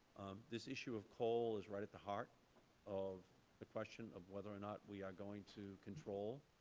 this issue of coal is right at the heart of the question of whether or not we are going to control